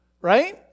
right